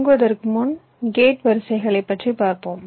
தொடங்குவதற்கு முன் கேட் வரிசைகளைப் பற்றி பார்ப்போம்